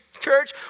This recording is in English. church